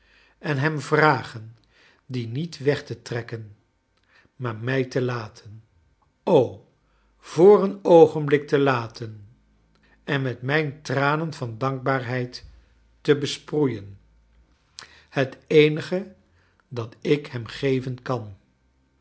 en hem vragen i die niet weg te trekken maar mij j te laten o voor een oogenblik j te laten en met mijn tranen van dankbaarheid te besproeien het j eenige dat ik hem geven kan